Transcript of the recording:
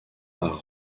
par